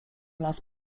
las